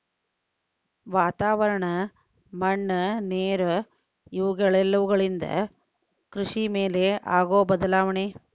ವಾತಾವರಣ, ಮಣ್ಣು ನೇರು ಇವೆಲ್ಲವುಗಳಿಂದ ಕೃಷಿ ಮೇಲೆ ಆಗು ಬದಲಾವಣೆ